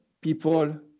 people